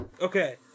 Okay